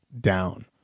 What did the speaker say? down